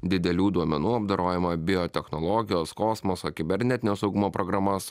didelių duomenų apdorojimą biotechnologijos kosmoso kibernetinio saugumo programas